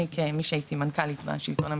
אני כמי שהייתי מנכ"לית בשלטון המקומי,